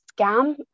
scam